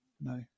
no